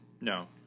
no